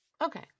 Okay